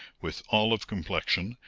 with olive complexion,